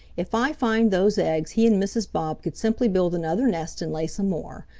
if i find those eggs he and mrs. bob could simply build another nest and lay some more.